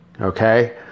okay